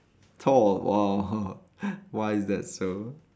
Thor !wah! why is that so